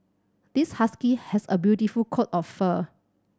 this husky has a beautiful coat of fur